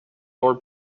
more